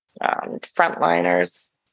frontliners